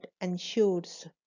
ensures